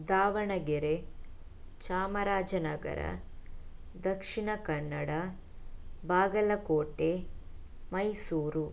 Davanagere Chamarajanagar Dakshina Kannada Bagalkot Mysuru